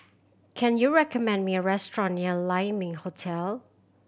can you recommend me a restaurant near Lai Ming Hotel